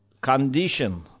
condition